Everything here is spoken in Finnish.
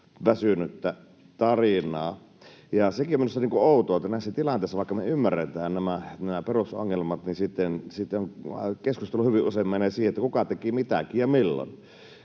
väsynyttä tarinaa. Ja sekin on minusta niin kuin outoa, että näissä tilanteissa, vaikka me ymmärretään nämä perusongelmat, niin sitten keskustelu hyvin usein menee siihen, että kuka teki mitäkin ja milloin,